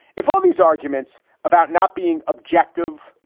if all these arguments about not being objective,